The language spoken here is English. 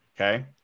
okay